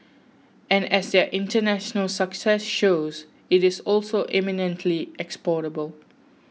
and as their international success shows it is also eminently exportable